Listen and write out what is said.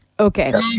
Okay